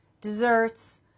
desserts